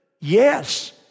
Yes